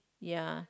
ya